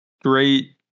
great